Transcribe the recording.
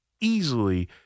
easily